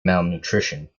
malnutrition